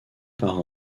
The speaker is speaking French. par